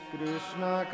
Krishna